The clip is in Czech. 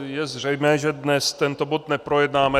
Je zřejmé, že dnes tento bod neprojednáme.